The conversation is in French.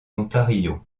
ontario